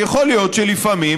יכול להיות שלפעמים,